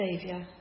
Saviour